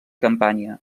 campània